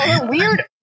weird